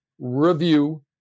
review